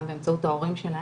גם באמצעות ההורים שלהם,